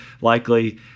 likely